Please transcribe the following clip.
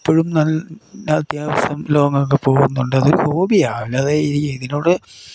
ഇപ്പോഴും നൽ അത്യാവശ്യം ലോങ്ങൊക്കെ പോകുന്നുണ്ട് അതൊരു ഹോബിയാണ് അല്ലാതെ ഇതിനോട്